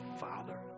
father